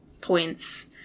points